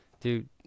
dude